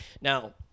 Now